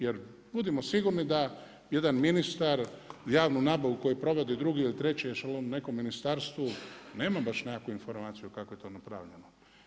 Jer budimo sigurni da jedan ministar javnu nabavu koju provodi drugi ili treći u nekom ministarstvu nema baš nekakvu informaciju kako je to napravljeno.